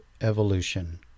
evolution